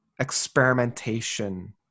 experimentation